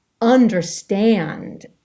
understand